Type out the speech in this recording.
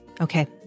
Okay